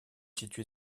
située